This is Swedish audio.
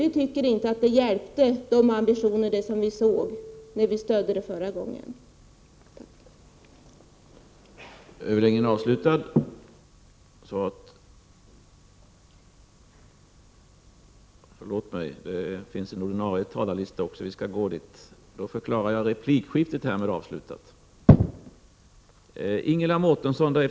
Vi tycker inte att de ambitioner som det gavs uttryck för förra gången har hjälpt.